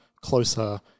closer